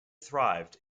thrived